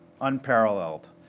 unparalleled